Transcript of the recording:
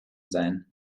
sein